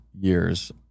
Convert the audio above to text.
years